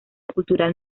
cultural